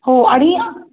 हो आणि